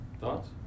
thoughts